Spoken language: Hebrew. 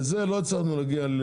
לזה לא הצלחנו להגיע.